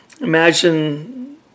Imagine